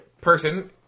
person